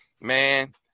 man